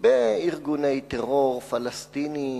בארגוני טרור פלסטיניים,